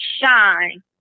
shine